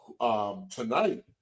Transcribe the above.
Tonight